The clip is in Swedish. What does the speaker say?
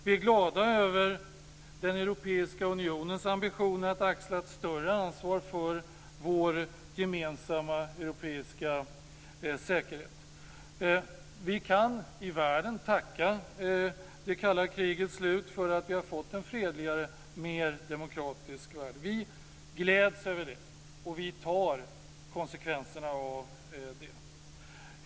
Vi är glada över den europeiska unionens ambitioner att axla ett större ansvar för den gemensamma europeiska säkerheten. Vi kan tacka det kalla krigets slut för att vi fått en fredligare och mer demokratisk värld. Vi gläds över och vi tar konsekvenserna av det.